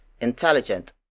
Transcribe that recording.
intelligent